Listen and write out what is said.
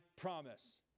promise